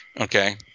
Okay